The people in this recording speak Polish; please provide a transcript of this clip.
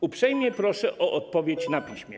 Uprzejmie proszę o odpowiedź na piśmie.